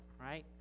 right